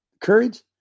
Courage